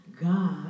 God